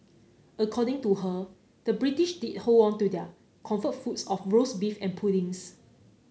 according to her the British did hold on to their comfort foods of roast beef and puddings